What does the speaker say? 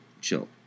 chill